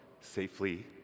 safely